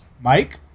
Mike